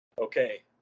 okay